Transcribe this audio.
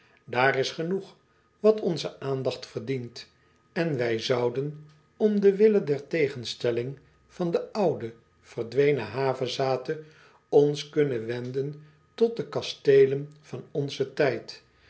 aar is genoeg wat onze aandacht verdient en wij zouden om de wille der tegenstelling van de oude verdwenen havezathe ons kunnen wenden tot de kasteelen van onzen tijd